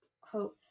quote